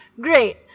great